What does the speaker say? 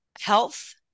Health